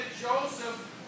Joseph